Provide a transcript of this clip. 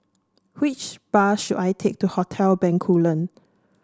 which bus should I take to Hotel Bencoolen